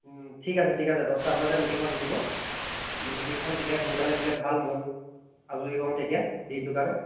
ঠিক আছে ঠিক আছে দছটা বজাতে মিটিংখন দি দিব মিটিংখন দিলে সোনকালে দিলে ভাল মোৰো আজৰি হ'ম তেতিয়া দিনটোৰ কাৰণে